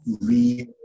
real